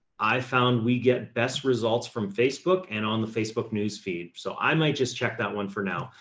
i found we get best results from facebook and on the facebook newsfeed. so i might just check that one for now.